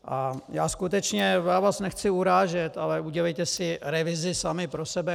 Já vás skutečně nechci urážet, ale udělejte si revizi sami pro sebe.